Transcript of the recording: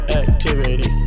activity